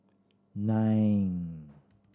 nine